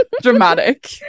dramatic